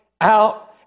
out